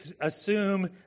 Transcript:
assume